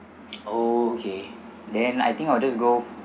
okay then I think I'll just go